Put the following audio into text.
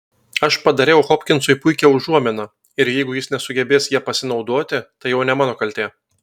aš padariau hopkinsui puikią užuominą ir jeigu jis nesugebės ja pasinaudoti tai jau ne mano kaltė